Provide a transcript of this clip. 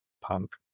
punk